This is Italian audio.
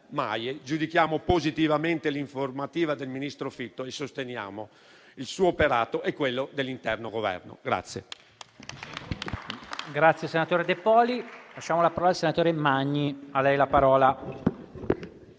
giudica positivamente l'informativa del ministro Fitto e sostiene il suo operato e quello dell'intero Governo.